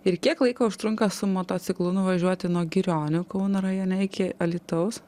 ir kiek laiko užtrunka su motociklu nuvažiuoti nuo girionių kauno rajone iki alytaus